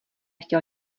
chtěl